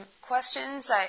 questions